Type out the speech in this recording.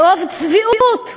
ברוב צביעות,